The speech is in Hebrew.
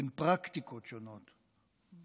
בין פרקטיקות שונות,